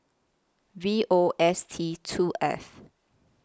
V O S T two F